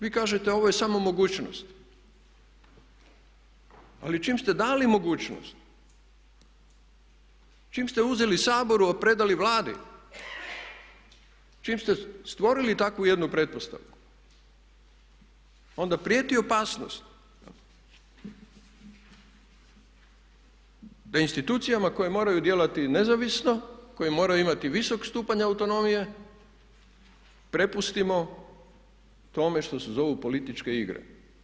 Vi kažete ovo je samo mogućnost, ali čim ste dali mogućnost, čim ste uzeli Saboru a predali Vladi, čim ste stvorili takvu jednu pretpostavku onda prijeti opasnost na institucijama koje moraju djelovati nezavisno, koje moraju imati visok stupanj autonomije prepustimo tome što se zovu političke igre.